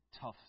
tough